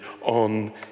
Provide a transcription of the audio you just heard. on